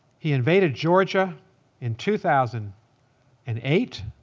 he invaded georgia in two thousand and eight.